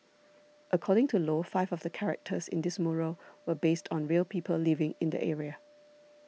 according to Low five of the characters in this mural were based on real people living in the area